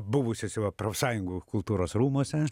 buvusiuose va profsąjungų kultūros rūmuose